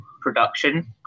production